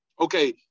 Okay